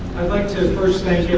i'd like to first thank